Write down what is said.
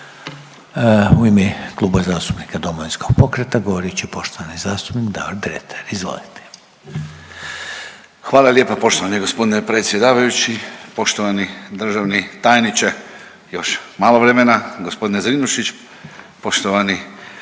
U ime Kluba zastupnika Domovinskog pokreta, govorit će poštovani zastupnik Davor Dretar. Izvolite. **Dretar, Davor (DP)** Hvala lijepa poštovani gospodine predsjedavajući. Poštovani državni tajniče, još malo vremena gospodine Zrinušić, poštovani